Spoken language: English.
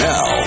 Now